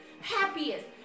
happiest